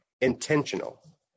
intentional